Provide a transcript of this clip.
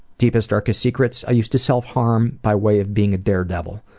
deepest, darkest secrets? i used to self-harm by way of being a daredevil.